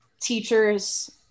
teachers